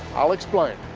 i'll explain